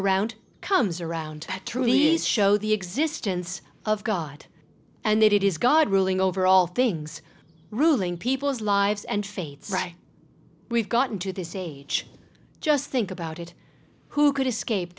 around comes around through these show the existence of god and that it is god ruling over all things ruling people's lives and fates right we've gotten to this age just think about it who could escape